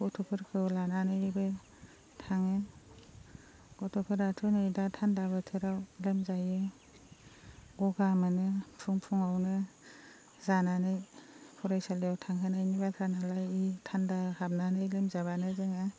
गथ'फोरखौ लानानैबो थाङो गथ'फोराथ' नै दा थान्दा बोथोराव लोमजायो गगा मोनो फुं फुङावनो जानानै फरायसालियाव थांहोनायनि बाथ्रानालाय थान्दा हाबनानै लोमजाबानो जोङो